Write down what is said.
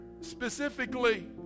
specifically